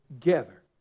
together